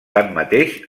tanmateix